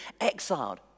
exiled